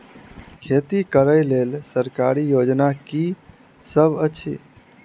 खेती करै लेल सरकारी योजना की सब अछि?